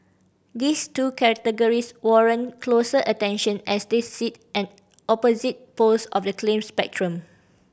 these two categories warrant closer attention as they sit at opposite poles of the claim spectrum